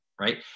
Right